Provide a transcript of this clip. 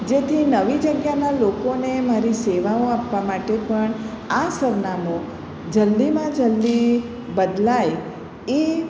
જેથી નવી જગ્યાના લોકોને મારી સેવાઓ આપવા માટે પણ આ સરનામું જલ્દીમાં જલ્દી બદલાય એ